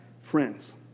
friends